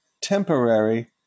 temporary